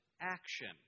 action